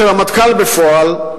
כרמטכ"ל בפועל,